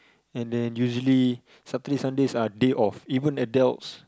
and then usually Saturday Sundays are day off even adults